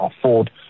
afford